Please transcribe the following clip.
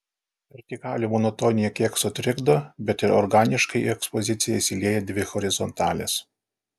vertikalių monotoniją kiek sutrikdo bet ir organiškai į ekspoziciją įsilieja dvi horizontalės